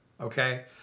Okay